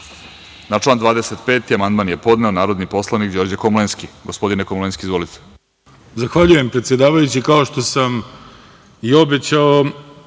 član 25. amandman je podneo narodni poslanik Đorđe Komlenski. Gospodine Komlenski, izvolite.